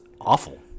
awful